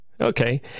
Okay